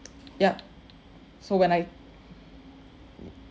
yup so when I